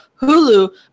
Hulu